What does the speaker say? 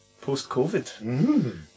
post-Covid